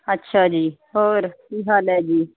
ਅੱਛਾ ਜੀ ਹੋਰ ਕੀ ਹਾਲ ਹੈ ਜੀ